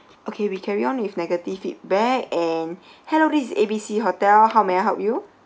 okay we carry on with negative feedback and hello this is A B C hotel how may I help you